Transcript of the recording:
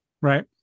Right